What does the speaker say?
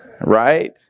Right